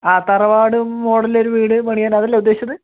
ആ തറവാട് മോഡൽ ഒരു വീട് പണിയാൻ അതല്ലേ ഉദ്ദേശിച്ചത്